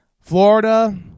Florida